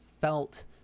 felt